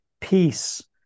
peace